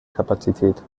kapazität